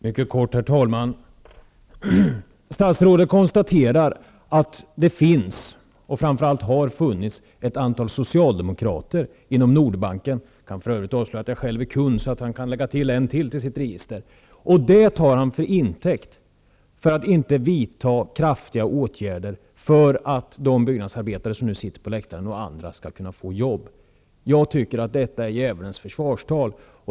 Herr talman! Jag skall fatta mig mycket kort. Statsrådet konstaterar att det finns -- framför allt har det funnits -- ett antal socialdemokrater inom Nordbanken. För övrigt kan jag avslöja att jag själv är kund där, så arbetsmarknadsministern kan föra ytterligare en person till sitt register. Det han här säger tar han till intäkt för sitt val att inte vidta kraftiga åtgärder, så att de byggnadsarbetare som nu sitter på läktaren och även andra kan få jobb. Jag tycker att detta är ett djävulens försvarstal.